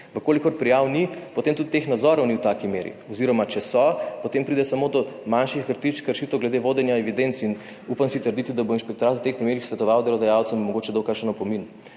V kolikor prijav ni, potem tudi teh nadzorov ni v taki meri oz. če so, potem pride samo do manjših kršitev glede vodenja evidenc in upam si trditi, da bo inšpektorat v teh primerih svetoval delodajalcem in mogoče dal kakšen opomin.